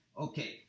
Okay